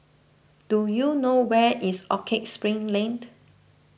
do you know where is Orchard Spring Laned